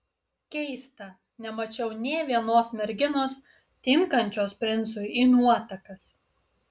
keista nemačiau nė vienos merginos tinkančios princui į nuotakas